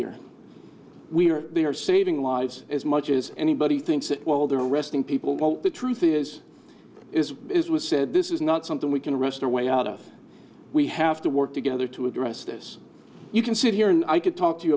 here we are they are saving lives as much as anybody thinks that well they're arresting people but the truth is is as was said this is not something we can rest our way out of we have to work together to address this you can sit here and i could talk to you